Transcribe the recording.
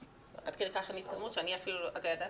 עד כדי כך אין התקדמות שאני אתה ידעת?